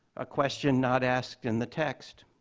a question not asked in the text.